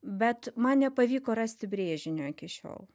bet man nepavyko rasti brėžinio iki šiol